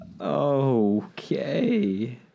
Okay